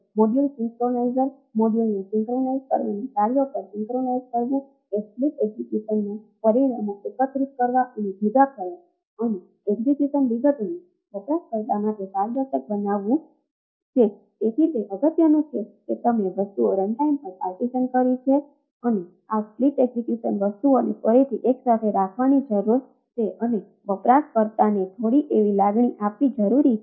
module synchroniser મોડ્યુલને synchronise ચાલે છે